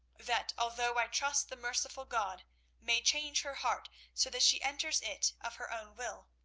that although i trust the merciful god may change her heart so that she enters it of her own will,